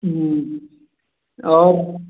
और